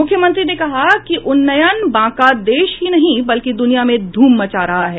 मुख्यमंत्री ने कहा कि उन्नयन बांका देश ही नही बल्कि दूनिया में धूम मचा रहा है